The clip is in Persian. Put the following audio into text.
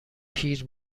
پیر